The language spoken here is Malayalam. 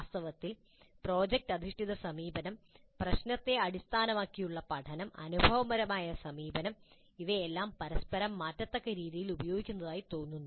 വാസ്തവത്തിൽ പ്രോജക്റ്റ് അധിഷ്ഠിത സമീപനം പ്രശ്നത്തെ അടിസ്ഥാനമാക്കിയുള്ള സമീപനം അനുഭവപരമായ സമീപനം ഇവയെല്ലാം പരസ്പരം മാറ്റത്തക്ക രീതിയിൽ ഉപയോഗിക്കുന്നതായി തോന്നുന്നു